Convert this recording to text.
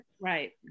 Right